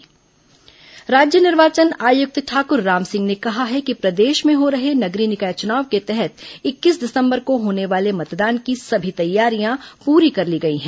निर्वाचन तैयारी राज्य निर्वाचन आयुक्त ठाकुर रामसिंह ने कहा है कि प्रदेश में हो रहे नगरीय निकाय चुनाव के तहत इक्कीस दिसंबर को होने वाले मतदान की सभी तैयारियां पूरी कर ली गई हैं